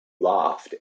laughed